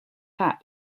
hat